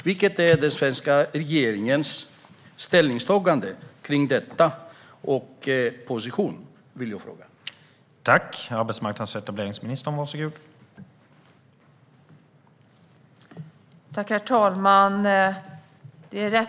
Vilken är den svenska regeringens ställningstagande och position i detta?